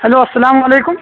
hello السّلام علیکم